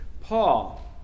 Paul